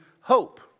hope